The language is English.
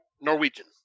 Norwegian